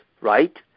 right